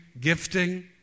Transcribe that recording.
gifting